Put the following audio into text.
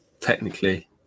technically